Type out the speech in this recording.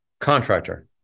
Contractor